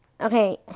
okay